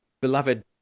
beloved